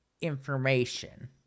information